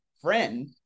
friend